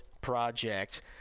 project